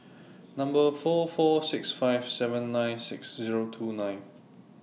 Number four four six five seven nine six Zero two nine